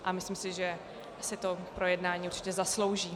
A myslím si, že si to projednání určitě zaslouží.